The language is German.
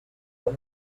vor